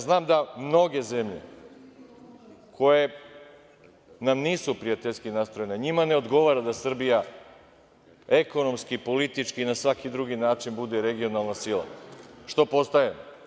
Znam ja da mnoge zemlje koje nam nisu prijateljski nastrojene, njima ne odgovara da Srbija ekonomski, politički i na svaki drugi način bude regionalna sila, što postaje.